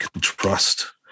trust